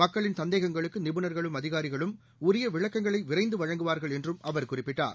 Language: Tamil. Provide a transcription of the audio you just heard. மக்களின் சந்தேகங்களுக்கு நிபுணர்களும் அதிகாரிகளும் உரிய விளக்கங்களை விரைந்து வழங்குவார்கள் என்றும் அவர் குறிப்பிட்டார்